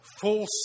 full